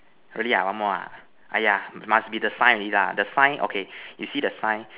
really ah one more ah !aiya! must be the sign already lah the sign okay you see the sign